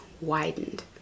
widened